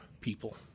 people